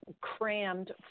crammed